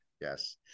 Yes